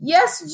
Yes